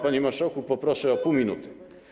Panie marszałku, poproszę o pół minuty.